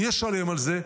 מי ישלם על זה?